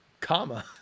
Comma